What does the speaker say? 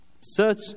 search